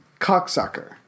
Cocksucker